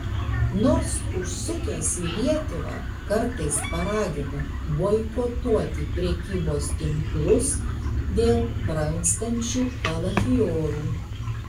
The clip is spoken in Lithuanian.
nors užsukęs į lietuvą kartais paragina boikotuoti prekybos tinklus dėl brangstančių kalafiorų